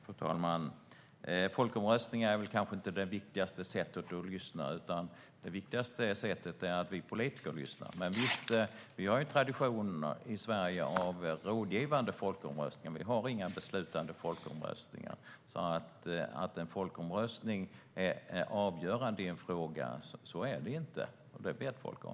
Fru talman! Folkomröstningar är kanske inte det viktigaste sättet att lyssna. Det viktigaste är att vi politiker lyssnar. I Sverige har vi en tradition av rådgivande folkomröstningar. Vi har inga beslutande folkomröstningar. En folkomröstning är inte avgörande i en fråga, och det vet folk om.